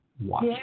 watch